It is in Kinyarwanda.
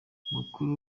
mukura